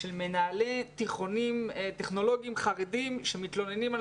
של מנהלי תיכונים טכנולוגיים חרדים שמתלוננים על